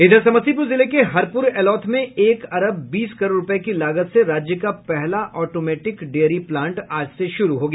इधर समस्तीपुर जिले के हरपुर एलौथ में एक अरब बीस करोड़ रूपये की लागत से राज्य का पहला ऑटोमेटिक डेयरी प्लांट आज से शुरू हो गया